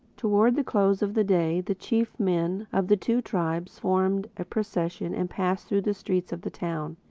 towards the close of the day the chief men of the two tribes formed a procession and passed through the streets of the town,